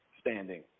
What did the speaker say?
standing